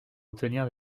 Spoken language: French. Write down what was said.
obtenir